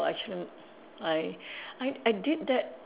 or actually I I I did that